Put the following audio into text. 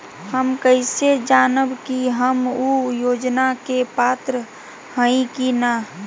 हम कैसे जानब की हम ऊ योजना के पात्र हई की न?